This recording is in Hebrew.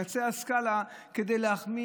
תמיד אתה יכול ללכת לקצה הסקאלה כדי להחמיר,